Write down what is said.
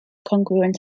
congruent